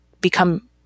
become